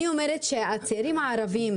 אני אומרת שהצעירים הערבים,